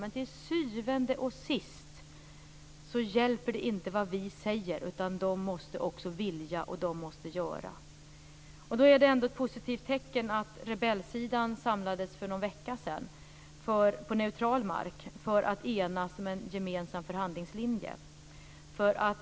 Men till syvende och sist hjälper det inte vad vi säger, utan de måste också vilja och de måste handla. Ett positivt tecken är ändå att rebellsidan för någon veckan sedan samlades på neutral mark för att enas om en gemensam förhandlingslinje.